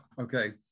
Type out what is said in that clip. okay